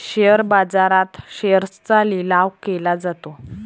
share बाजारात शेअर्सचा लिलाव केला जातो